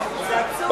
זה עצוב לשמוע.